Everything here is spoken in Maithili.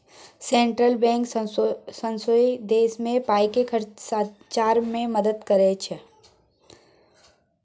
सेंट्रल बैंक सौंसे देश मे पाइ केँ सचार मे मदत करय छै